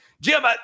Jim